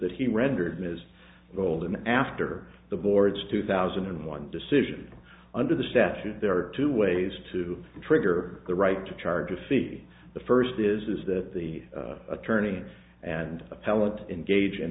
that he rendered ms goldin after the board's two thousand and one decision under the statute there are two ways to trigger the right to charge a fee the first is that the attorney and appellant engage in